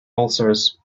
ulcers